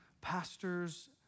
pastors